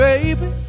Baby